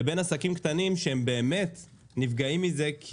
לבין עסקים קטנים שהם באמת נפגעים מזה,